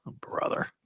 Brother